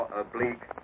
oblique